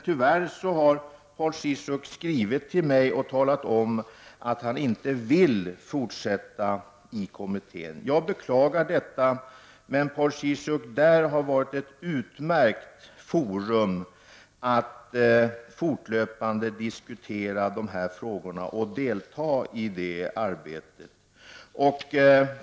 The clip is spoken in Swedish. Tyvärr har Paul Ciszuk skrivit till mig och meddelat att han inte vill fortsätta sitt uppdrag i försvarskommittén. Jag beklagar detta. Men, Paul Ciszuk, försvarskommittén hade varit ett utmärkt forum att fortlöpande diskutera dessa frågor i.